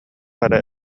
эрэ